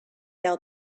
out